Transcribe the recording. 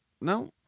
No